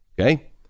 Okay